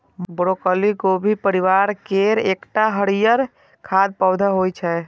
broccoli गोभी परिवार केर एकटा हरियर खाद्य पौधा होइ छै